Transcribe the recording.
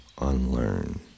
unlearn